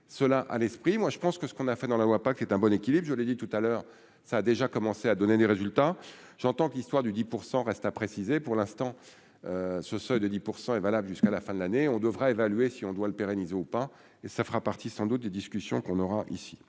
cela à l'esprit, moi je pense que ce qu'on a fait dans la voie pas qu'est un bon équilibre, je l'ai dit tout à l'heure, ça a déjà commencé à donner des résultats, j'entends que l'histoire du 10 pour reste à préciser pour l'instant ce seuil de 10 % est valable jusqu'à la fin de l'année, on devra évaluer si on doit le pérenniser ou pas et ça fera partie, sans doute des discussions qu'on aura ici